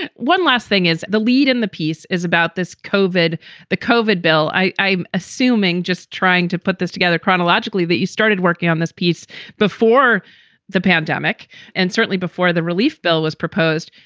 and one last thing is the lead in the piece is about this covered the covered bill. i'm assuming just trying to put this together chronologically that you started working on this piece before the pandemic and certainly before the relief bill was proposed.